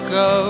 go